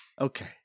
Okay